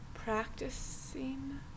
Practicing